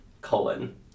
colon